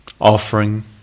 offering